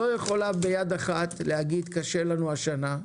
לא יכולה ביד אחת להגיד: קשה לנו השנה,